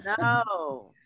no